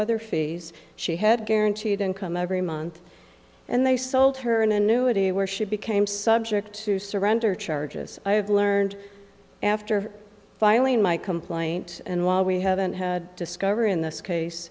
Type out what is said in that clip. other fees she had guaranteed income every month and they sold her an annuity where she became subject to surrender charges i have learned after filing my complaint and while we haven't had discovery in this case